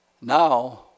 now